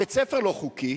בית-הספר לא חוקי,